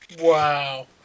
wow